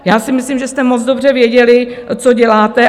Já si myslím, že jste moc dobře věděli, co děláte.